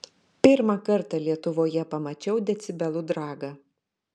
pirmą kartą lietuvoje pamačiau decibelų dragą